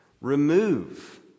remove